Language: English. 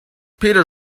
peter